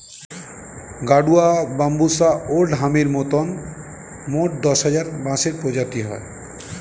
গাডুয়া, বাম্বুষা ওল্ড হামির মতন মোট দশ হাজার বাঁশের প্রজাতি হয়